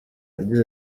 yagize